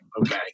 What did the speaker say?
okay